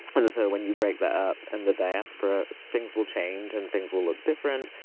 and so when you break that up, and the diaspora, things will change and things will look different.